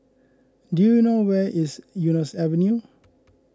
do you know where is Eunos Avenue